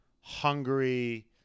Hungary